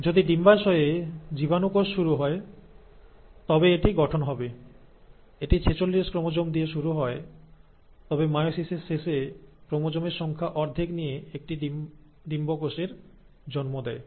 যদি ডিম্বাশয় এ জীবাণু কোষ শুরু হয় তবে এটি গঠন হবে এটি 46 ক্রোমোজোম দিয়ে শুরু হয় তবে মায়োসিসের শেষে ক্রোমোজোমের সংখ্যা অর্ধেক নিয়ে একটি ডিম্বকোষের জন্ম দেয়